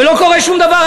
ולא קורה שום דבר,